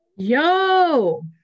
yo